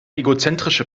egozentrische